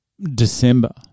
December